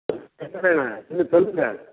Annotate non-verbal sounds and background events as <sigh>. <unintelligible> சொல்லு சொல்லுங்கள்